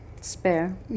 Spare